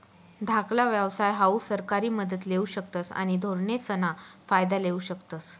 धाकला व्यवसाय हाऊ सरकारी मदत लेवू शकतस आणि धोरणेसना फायदा लेवू शकतस